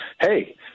hey